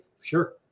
Sure